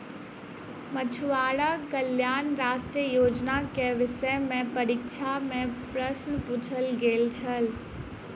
मछुआरा कल्याण राष्ट्रीय योजना के विषय में परीक्षा में प्रश्न पुछल गेल छल